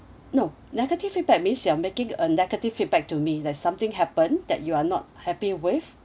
no negative feedback means you are making a negative feedback to me that's something happen that you are not happy with